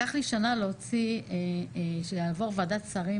לקח לי שנה להוציא ושיעבור ועדת שרים